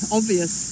obvious